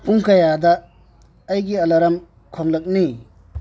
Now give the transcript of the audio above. ꯄꯨꯡ ꯀꯌꯥꯗ ꯑꯩꯒꯤ ꯑꯦꯂꯥꯝ ꯈꯣꯡꯂꯛꯅꯤ